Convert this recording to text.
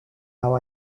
how